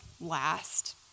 last